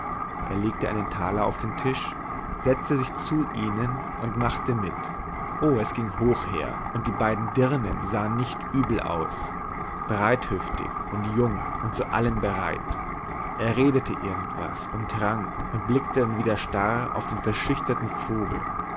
er legte einen taler auf den tisch setzte sich zu ihnen und machte mit o es ging hoch her und die beiden dirnen sahen nicht übel aus breithüftig und jung und zu allem bereit er redete irgend was und trank und blickte dann wieder starr auf den verschüchterten vogel